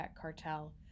cartel